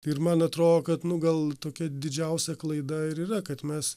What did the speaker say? ir man atrodo kad nu gal tokia didžiausia klaida ir yra kad mes